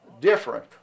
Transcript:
different